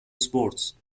sports